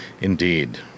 Indeed